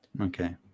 Okay